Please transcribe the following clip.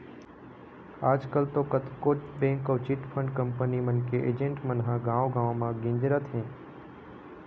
आजकल तो कतको बेंक अउ चिटफंड कंपनी मन के एजेंट मन ह गाँव गाँव म गिंजरत हें